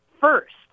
first